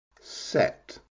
set